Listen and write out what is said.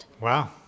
Wow